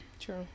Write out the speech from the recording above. True